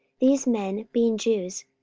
these men, being jews,